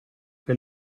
che